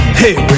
hey